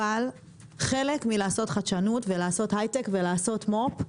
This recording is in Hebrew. אבל חלק מלעשות חדשנות ולעשות הייטק ולעשות מו"פ,